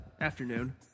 Afternoon